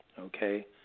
okay